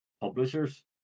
publishers